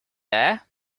there